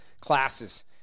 classes